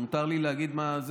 מותר לי להגיד מה,